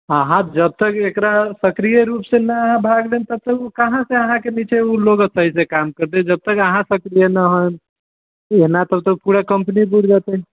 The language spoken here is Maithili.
अहाँ जबतक एकरा सक्रिय रूप से ना अहाँ भाग लेब तबतक ओ कहाँ से अहाँ से बीच ओ लोग अतै जे काम करतै जबतक अहाँ सक्रिय न हैम ई होनाइ तब तऽ पूरा कंपनी बूर जेतै